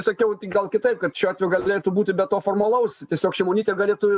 sakiau tik gal kitaip kad šiuo atveju galėtų būti be to formalaus tiesiog šimonytė galėtų